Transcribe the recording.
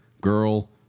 girl